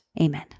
Amen